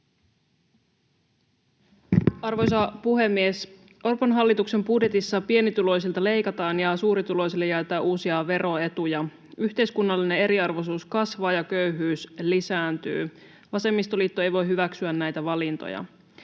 Arvoisa puhemies! Orpon hallituksen budjetissa pienituloisilta leikataan ja suurituloisille jaetaan uusia veroetuja. Yhteiskunnallinen eriarvoisuus kasvaa, ja köyhyys lisääntyy. Vasemmistoliitto ei voi hyväksyä näitä valintoja.